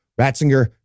Ratzinger